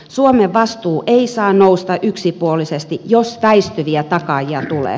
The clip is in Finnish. suomen vastuu ei saa nousta yksipuolisesti jos väistyviä takaajia tulee